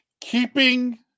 keeping